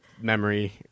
memory